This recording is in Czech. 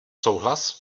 souhlas